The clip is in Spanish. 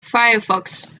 firefox